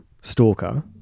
Stalker